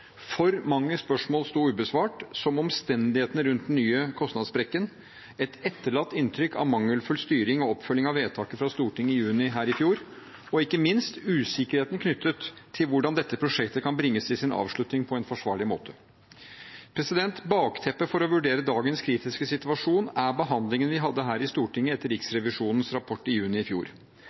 For mange spørsmål sto ubesvart, som omstendighetene rundt den nye kostnadssprekken, et etterlatt inntrykk av mangelfull styring og oppfølging av vedtaket i Stortinget fra juni i fjor – og ikke minst usikkerheten knyttet til hvordan dette prosjektet kan bringes til sin avslutning på en forsvarlig måte. Bakteppet for å vurdere dagens kritiske situasjon er behandlingen vi hadde her i Stortinget etter Riksrevisjonens rapport i juni i fjor.